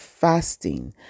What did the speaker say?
fasting